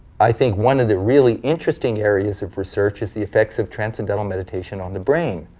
i think one of the really interesting areas of research is the effects of transcendental meditation on the brain.